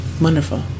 Wonderful